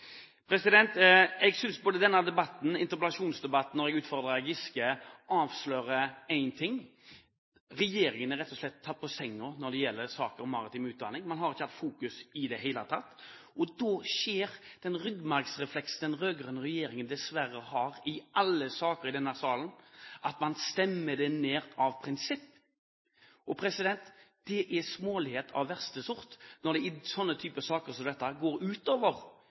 Jeg synes både denne debatten og interpellasjonsdebatten der jeg utfordret Giske, avslører én ting: Regjeringen er rett og slett tatt på senga når det gjelder saken om maritim utdanning. Man har ikke hatt fokus i det hele tatt. Og da skjer den ryggmargsrefleksen den rød-grønne regjeringen dessverre har i alle saker i denne salen, at man stemmer det ned av prinsipp. Det er smålighet av verste sort når det i den type saker som dette går